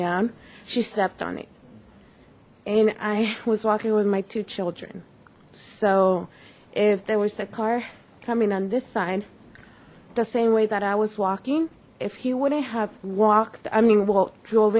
down she stepped on it and i was walking with my two children so if there was a car coming on this side the same way that i was walking if he wouldn't have walked